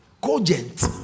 cogent